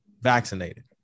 vaccinated